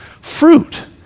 fruit